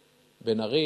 בן-ארי,